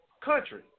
Country